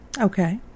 Okay